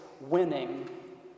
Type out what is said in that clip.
winning